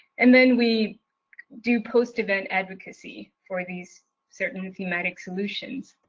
and then we do post-event advocacy for these certain thematic solutions.